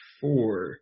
four